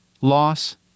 loss